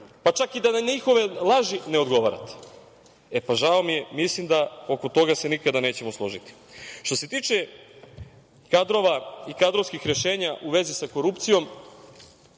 pa čak i da na njihove laži ne odgovarate. Pa, žao mi je, oko toga se nikada nećemo složiti. Što se tiče kadrova i kadrovskih rešenja u vezi sa korupcijom,